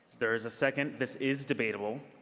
there is a second. this is debatable.